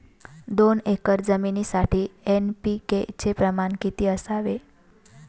दोन एकर जमीनीसाठी एन.पी.के चे प्रमाण किती असावे?